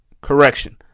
Correction